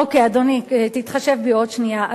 אוקיי, אדוני, תתחשב בי עוד שנייה.